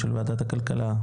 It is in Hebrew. של וועדת הכלכלה,